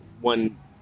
one